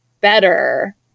better